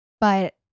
But-